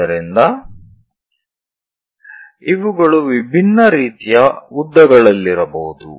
ಆದ್ದರಿಂದ ಇವುಗಳು ವಿಭಿನ್ನ ರೀತಿಯ ಉದ್ದಗಳಲ್ಲಿರಬಹುದು